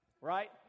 right